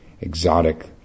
exotic